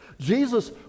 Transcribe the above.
Jesus